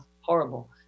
horrible